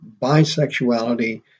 bisexuality